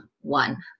one